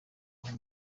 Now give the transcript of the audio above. aho